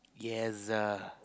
yes is a